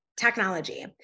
technology